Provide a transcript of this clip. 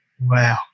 Wow